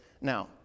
now